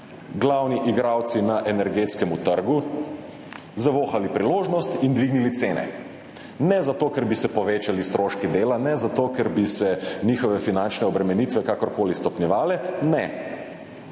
glavni igralci na energetskem trgu zavohali priložnost in dvignili cene. Ne zato, ker bi se povečali stroški dela, ne zato, ker bi se njihove finančne obremenitve kakorkoli stopnjevale. Ne.